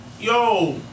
yo